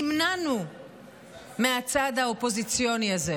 נמנענו מהצעד האופוזיציוני הזה,